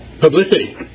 publicity